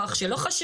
שלא היו בפיקוח,